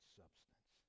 substance